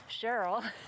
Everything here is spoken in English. Cheryl